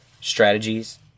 strategies